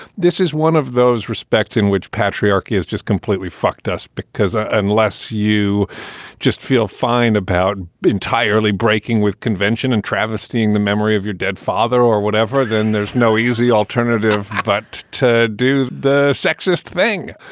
this is one of those respects in which patriarchy is just completely fucked us, because ah unless you just feel fine about entirely breaking with convention and travesty in the memory of your dead father or whatever, then there's no easy alternative but to do the sexist thing.